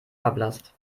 verblasst